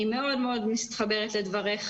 אני מאוד מאוד מתחברת לדבריך,